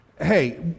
Hey